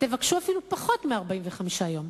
תבקשו אפילו פחות מ-45 יום.